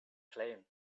claim